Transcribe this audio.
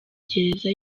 gereza